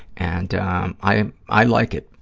and i, i like it.